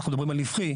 אנחנו מדברים על נפחי.